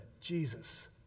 Jesus